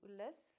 less